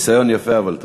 ניסיון יפה, אבל תודה.